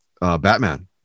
Batman